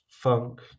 Funk